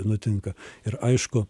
nutinka ir aišku